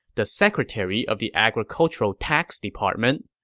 the secretary of the agricultural tax department.